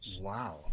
Wow